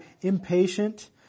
impatient